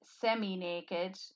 semi-naked